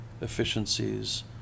efficiencies